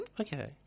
Okay